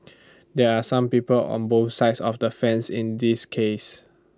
there are some people on both sides of the fence in this case